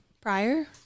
prior